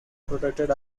protected